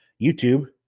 YouTube